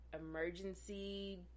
emergency